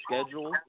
schedule